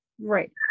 Right